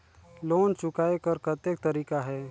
Loan चुकाय कर कतेक तरीका है?